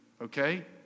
okay